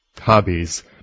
hobbies